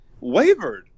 wavered